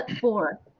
four